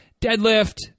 deadlift